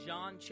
John